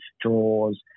draws